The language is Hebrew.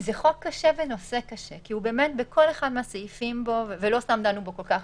זה חוק קשה ונושא קשה ולא סתם דנו בו כל כך